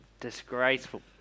Disgraceful